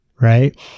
right